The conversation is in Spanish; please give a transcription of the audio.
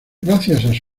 gracias